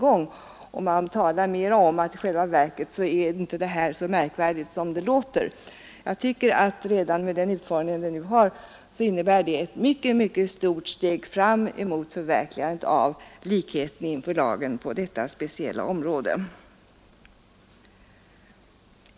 Man talar om att det här förslaget i själva verket inte är så märkvärdigt som det låter, men redan med den utformning det nu har innebär förslaget ett mycket stort steg framåt, mot förverkligandet av likhet inför lagen på detta speciella område.